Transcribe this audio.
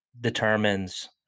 determines